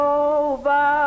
over